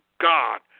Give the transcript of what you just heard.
God